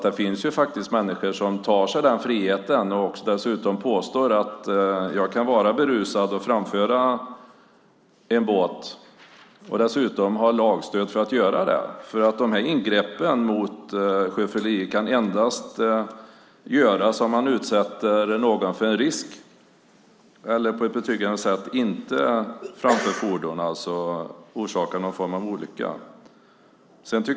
Det finns faktiskt människor som tar sig den friheten. De påstår att de kan vara berusade och framföra sina båtar, och dessutom har de lagstöd för att göra det. Ingreppen mot sjöfylleri kan endast göras om man utsätter någon för en risk eller inte framför fordonet på ett betryggande sätt och orsakar någon form av olycka.